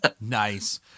nice